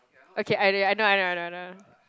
okay I I know I know I know